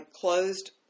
closed